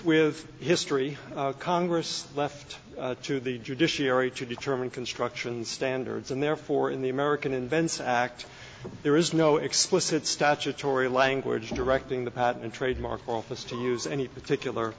with history congress left to the judiciary to determine construction standards and therefore in the american invents act there is no explicit statutory language directing the patent and trademark office to use any particular